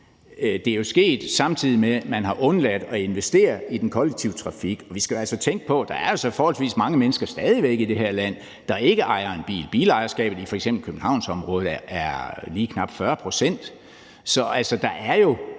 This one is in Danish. Det er sket, samtidig med at man har undladt at investere i den kollektive trafik. Vi skal jo altså tænke på, at der stadig væk er forholdsvis mange mennesker i det her land, der ikke ejer en bil. Bilejerskabet i f.eks. Københavnsområdet er lige knap 40 pct. Så der er jo,